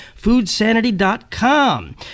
foodsanity.com